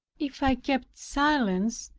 if i kept silence,